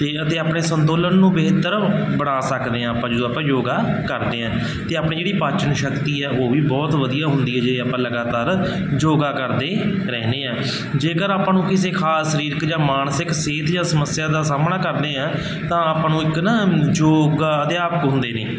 ਅਤੇ ਅਤੇ ਆਪਣੇ ਸੰਤੁਲਨ ਨੂੰ ਬਿਹਤਰ ਬਣਾ ਸਕਦੇ ਹਾਂ ਆਪਾਂ ਜਦੋਂ ਆਪਾਂ ਯੋਗਾ ਕਰਦੇ ਹਾਂ ਅਤੇ ਆਪਣੀ ਜਿਹੜੀ ਪਾਚਨ ਸ਼ਕਤੀ ਹੈ ਉਹ ਵੀ ਬਹੁਤ ਵਧੀਆ ਹੁੰਦੀ ਹੈ ਜੇ ਆਪਾਂ ਲਗਾਤਾਰ ਯੋਗਾ ਕਰਦੇ ਰਹਿੰਦੇ ਹਾਂ ਜੇਕਰ ਆਪਾਂ ਨੂੰ ਕਿਸੇ ਖਾਸ ਸਰੀਰਕ ਜਾਂ ਮਾਨਸਿਕ ਸਿਹਤ ਜਾਂ ਸਮੱਸਿਆ ਦਾ ਸਾਹਮਣਾ ਕਰਦੇ ਹਾਂ ਤਾਂ ਆਪਾਂ ਨੂੰ ਇੱਕ ਨਾ ਯੋਗਾ ਅਧਿਆਪਕ ਹੁੰਦੇ ਨੇ